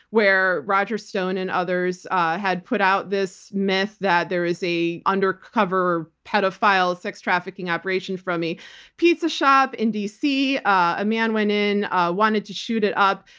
where roger stone and others had put out this myth that there is an undercover pedophile sex trafficking operation from a pizza shop in d. c. a man went in wanting to shoot it up.